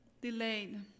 delayed